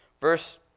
verse